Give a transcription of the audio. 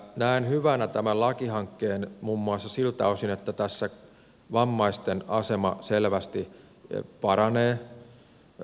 näen hyvänä tämän lakihankkeen muun muassa siltä osin että tässä vammaisten asema selvästi paranee